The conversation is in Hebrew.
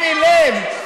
שימי לב,